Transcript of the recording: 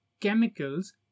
chemicals